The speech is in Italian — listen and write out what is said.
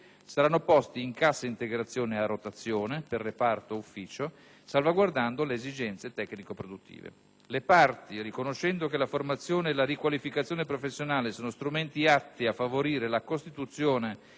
saranno posti in cassa integrazione a rotazione, per reparto o ufficio, salvaguardando le esigenze tecnico-produttive. Le parti, riconoscendo che la formazione e la riqualificazione professionale sono strumenti atti a favorire la costituzione